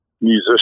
musician